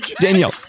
Daniel